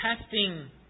testing